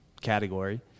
category